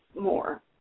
more